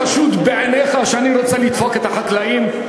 אני חשוד בעיניך שאני רוצה לדפוק את החקלאים?